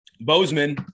Bozeman